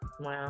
Wow